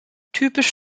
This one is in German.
typisch